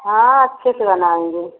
हाँ अच्छे से बनाएँगे